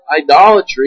idolatry